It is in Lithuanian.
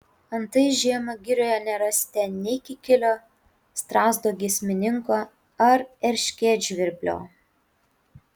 antai žiemą girioje nerasite nei kikilio strazdo giesmininko ar erškėtžvirblio